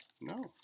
No